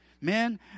Men